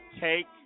take